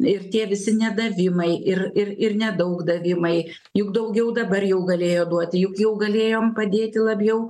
ir tie visi nedavimai ir ir ir nedaug davimai juk daugiau dabar jau galėjo duoti juk jau galėjom padėti labiau